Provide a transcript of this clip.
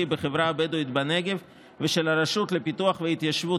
בחברה הבדואית בנגב ושל הרשות לפיתוח והתיישבות